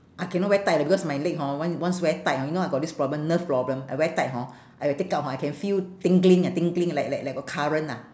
I cannot wear tight ah because my leg hor once once wear tight hor you know I got this problem nerve problem I wear tight hor I take out hor I can feel tingling uh tingling like like like got current ah